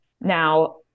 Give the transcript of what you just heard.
Now